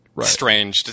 Strange